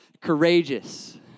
courageous